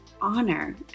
honor